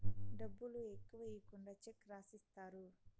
డబ్బులు ఎక్కువ ఈకుండా చెక్ రాసిత్తారు